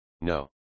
No